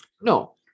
No